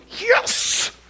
yes